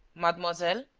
mademoiselle?